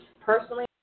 Personally